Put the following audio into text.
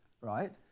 right